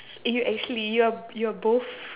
eh you actually you're you're both